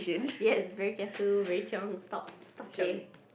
yes very kiasu very chiong stop chiong